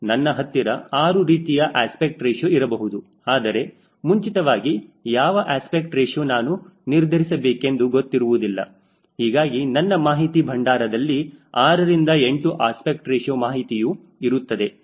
ನನ್ನ ಹತ್ತಿರ 6 ರೀತಿಯ ಅಸ್ಪೆಕ್ಟ್ ರೇಶ್ಯೂ ಇರಬಹುದು ಆದರೆ ಮುಂಚಿತವಾಗಿ ಯಾವ ಅಸ್ಪೆಕ್ಟ್ ರೇಶ್ಯೂ ನಾನು ನಿರ್ಧರಿಸಬೇಕೆಂದು ಗೊತ್ತಿರುವುದಿಲ್ಲ ಹೀಗಾಗಿ ನನ್ನ ಮಾಹಿತಿ ಭಂಡಾರದಲ್ಲಿ 6 ರಿಂದ 8 ಅಸ್ಪೆಕ್ಟ್ ರೇಶ್ಯೂ ಮಾಹಿತಿಯು ಇರುತ್ತದೆ